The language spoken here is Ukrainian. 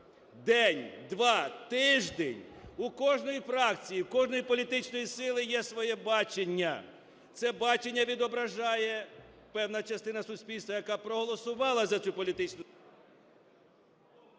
день, два, тиждень. У кожної фракції, у кожної політичної сили є своє бачення. Це бачення відображає певна частина суспільства, яка проголосувала за цю політичну...